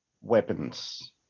weapons